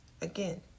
Again